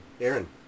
Aaron